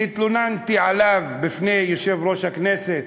והתלוננתי עליו בפני יושב-ראש הכנסת,